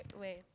wait